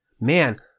man